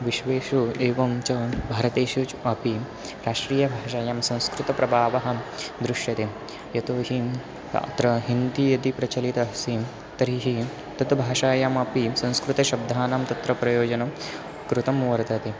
विश्वे एवं च भारते च अपि राष्ट्रियभाषासु संस्कृतप्रावं दृश्यते यतो हि अत्र हिन्दी यदि प्रचलिता अस्ति तर्हि तत् भाषायामपि संस्कृतशब्दानां तत्र प्रयोजनं कृतं वर्तते